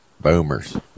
Boomers